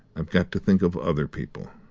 i've got to think of other people.